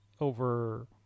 over